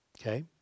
Okay